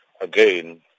Again